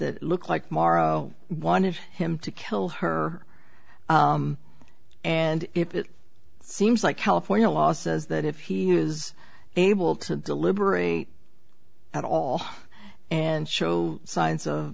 that look like mario wanted him to kill her and it seems like california law says that if he is able to deliberate at all and show signs of